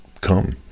come